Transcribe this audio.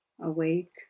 awake